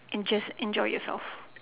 and just enjoy yourself